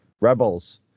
rebels